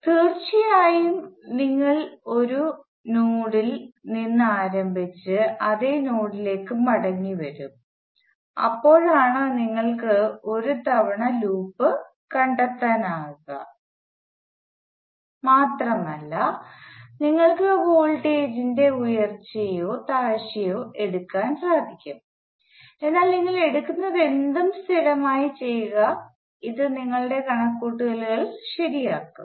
തീർച്ചയായും നിങ്ങൾ ഒരു നോഡിൽ നിന്ന് ആരംഭിച്ച് അതേ നോഡിലേക്ക് മടങ്ങിവരും അപ്പോഴാണ് നിങ്ങൾക്ക് ഒരു തവണ ലൂപ്പ് കണ്ടെത്താനാകുക മാത്രമല്ല നിങ്ങൾക്ക് വോൾടേജ് ഇന്റെ ഉയർച്ചയോ താഴ്ചയോ എടുക്കാൻ സാധിക്കും എന്നാൽ നിങ്ങൾ എടുക്കുന്നതെന്തും സ്ഥിരമായി ചെയ്യുക ഇത് നിങ്ങളുടെ കണക്കുകൂട്ടലുകൾ ശരിയാകും